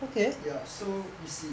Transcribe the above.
ya so you see